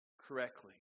correctly